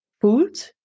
food